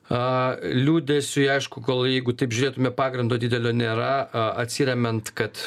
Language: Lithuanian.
a liūdesiui aišku gal jeigu taip žiūrėtume pagrindo didelio nėra a atsiremiant kad